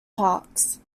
parks